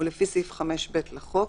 ולפי סעיף 5(ב) לחוק,